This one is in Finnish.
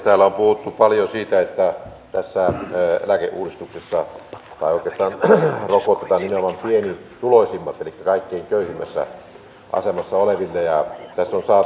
täällä on puhuttu paljon siitä että tässä eläkeuudistuksessa oikeastaan rokotetaan nimenomaan pienituloisimpia elikkä kaikkein köyhimmässä asemassa olevia